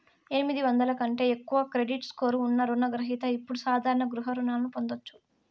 ఎనిమిది వందల కంటే ఎక్కువ క్రెడిట్ స్కోర్ ఉన్న రుణ గ్రహిత ఇప్పుడు సాధారణ గృహ రుణాలను పొందొచ్చు